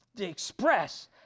express